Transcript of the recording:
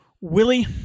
Willie